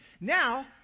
Now